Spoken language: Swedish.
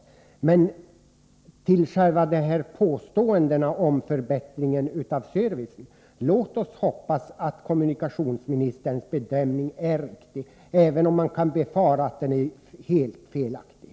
Slutligen påståendena om att lantbrevbäringen skulle innebära en förbättring av servicen: Låt oss hoppas att kommunikationsministerns bedömning är riktig, även om man kan befara att den är helt felaktig!